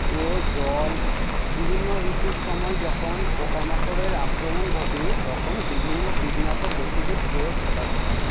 ও জল বিভিন্ন ঋতুর সময় যখন পোকামাকড়ের আক্রমণ ঘটে তখন বিভিন্ন কীটনাশক ওষুধের প্রয়োগ ঘটাতে হয়